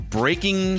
breaking